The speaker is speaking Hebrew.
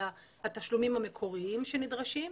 אלא התשלומים המקוריים שנדרשים,